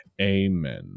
amen